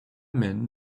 men